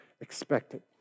expected